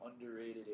underrated